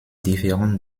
différente